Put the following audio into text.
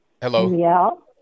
Hello